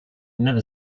never